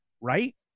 Right